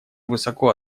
высоко